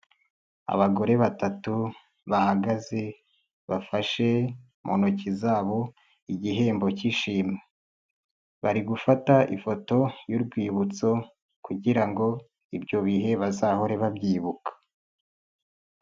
Abagore batatu bahagaze bafashe mu ntoki zabo igihembo cy'ishimwe, bari gufata ifoto y'urwibutso kugira ngo ibyo bihe bazahore babyibuka.